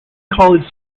college